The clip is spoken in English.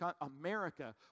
America